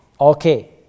okay